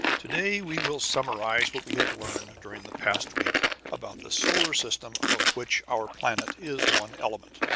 to-day we will summarize what we have learned during the past week about the solar system of which our planet is one element.